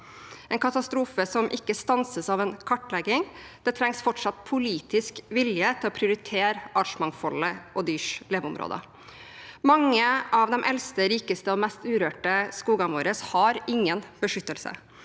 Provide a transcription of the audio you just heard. en katastrofe som ikke stanses av en kartlegging. Det trengs fortsatt politisk vilje til å prioritere artsmangfoldet og dyrs leveområder. Mange av de eldste, rikeste og mest urørte skogene våre har ingen beskyttelse.